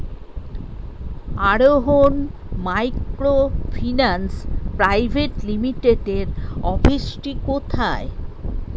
আরোহন microfinance private লিমিটেডের অফিসটি কোথায়?